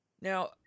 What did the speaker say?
Now